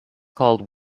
called